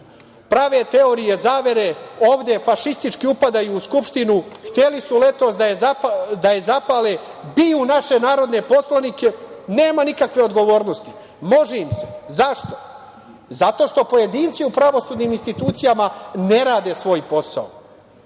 prave teorije zavere, ovde fašistički upadaju u Skupštinu. Hteli su letos da je zapale. Biju naše narodne poslanike. Nema nikakve odgovornosti. Može im se. Zašto? Zato što pojedinci u pravosudnim institucijama ne rade svoj posao. Ali